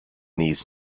these